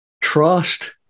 trust